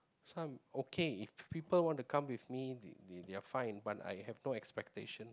so I'm okay if people want to come with me they they're fine but I have no expectations